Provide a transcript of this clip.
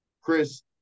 Chris